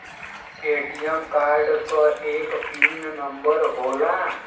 ATM card क एक pin number होला